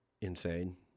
insane